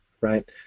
right